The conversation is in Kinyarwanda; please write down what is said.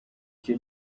cyo